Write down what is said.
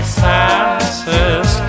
senses